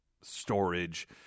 storage